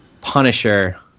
Punisher